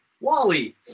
Wally